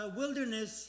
wilderness